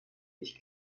ich